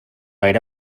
era